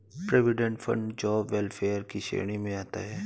provident fund job welfare की श्रेणी में आता है